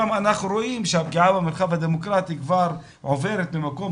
גם אנחנו רואים שהפגיעה במרחב הדמוקרטי כבר עוברת מקום.